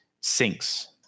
sinks